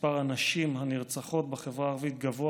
מספר הנשים הנרצחות בחברה הערבית גבוה